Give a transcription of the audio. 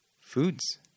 foods